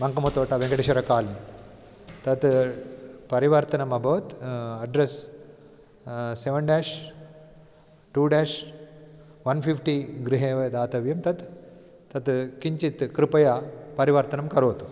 मग्कमो Thota Venkateswara colony तत् परिवर्तनम् अभवत् address seven dash two dash one fifty गृहे एव दातव्यं तत् तत् किञ्चित् कृपया परिवर्तनं करोतु